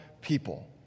people